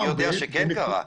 אני יודע שזה כן קרה.